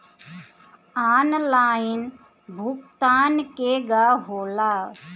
Online भुगतान केगा होला?